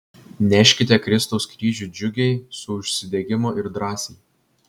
neškite kristaus kryžių džiugiai su užsidegimu ir drąsiai